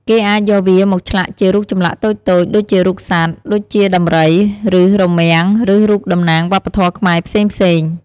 គេអាចយកវាមកឆ្លាក់ជារូបចម្លាក់តូចៗដូចជារូបសត្វ ដូចជាដំរី ឬរមាំង ឬរូបតំណាងវប្បធម៌ខ្មែរផ្សេងៗ។